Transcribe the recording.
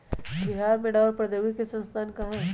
बिहार में रबड़ प्रौद्योगिकी के संस्थान कहाँ हई?